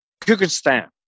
Kyrgyzstan